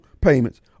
payments